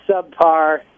subpar